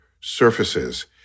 surfaces